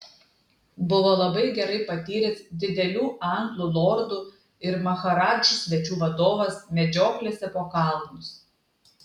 buvo labai gerai patyręs didelių anglų lordų ir maharadžų svečių vadovas medžioklėse po kalnus